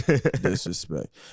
Disrespect